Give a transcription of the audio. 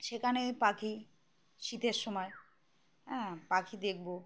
সেখানে পাখি শীতের সময় হ্যাঁ পাখি দেখব